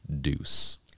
Deuce